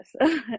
Yes